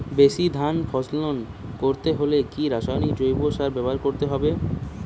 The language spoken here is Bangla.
বেশি ধান ফলন করতে হলে কি রাসায়নিক জৈব সার ব্যবহার করতে হবে?